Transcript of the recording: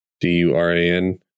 D-U-R-A-N